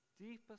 deepest